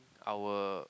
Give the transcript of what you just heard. our